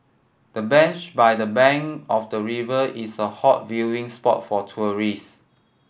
the bench by the bank of the river is a hot viewing spot for tourist